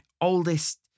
oldest